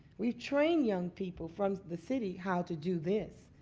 we've trained young people from the city how to do this.